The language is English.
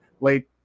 late